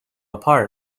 apart